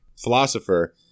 philosopher